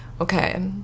Okay